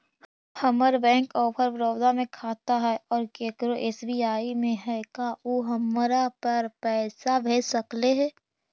हमर bank of Baroda में खाता है और केकरो एस.बी.आई में है का उ हमरा पर पैसा भेज सकले हे?